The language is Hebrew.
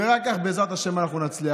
ורק כך, בעזרת השם, אנחנו נצליח.